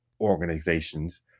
organizations